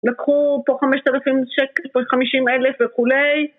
לקחו פה חמשת אלפים שקל, פה חמישים אלף וכולי